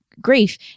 grief